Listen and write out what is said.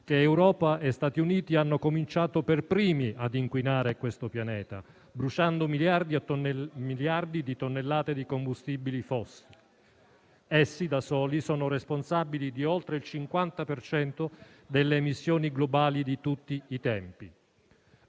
che Europa e Stati Uniti hanno cominciato per primi ad inquinare il pianeta, bruciando miliardi di tonnellate di combustibili fossili. Essi da soli sono responsabili di oltre il 50 per cento delle emissioni globali di tutti i tempi.